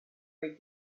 read